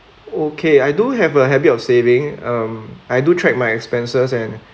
okay I do have a habit of saving um I do track my expenses and